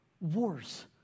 wars